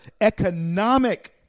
economic